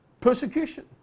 Persecution